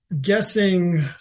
guessing